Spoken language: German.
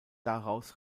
daraus